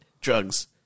drugs